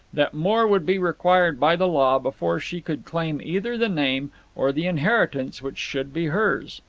that more would be required by the law before she could claim either the name or the inheritance which should be hers.